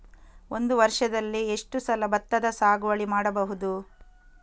ಒಂದು ವರ್ಷದಲ್ಲಿ ಎಷ್ಟು ಸಲ ಭತ್ತದ ಸಾಗುವಳಿ ಮಾಡಬಹುದು?